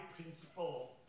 principle